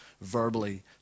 verbally